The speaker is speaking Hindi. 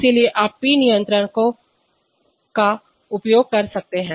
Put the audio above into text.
इसलिए आप P नियंत्रकों कंट्रोलर्सका उपयोग कर सकते हैं